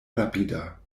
rapida